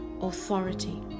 authority